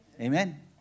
Amen